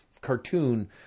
cartoon